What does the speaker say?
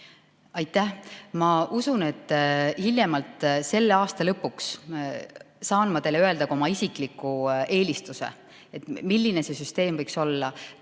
Aitäh! Ma usun, et hiljemalt selle aasta lõpuks saan ma teile öelda oma isikliku eelistuse, milline see süsteem võiks olla.